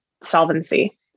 solvency